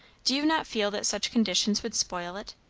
do you not feel that such conditions would spoil it?